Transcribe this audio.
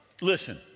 listen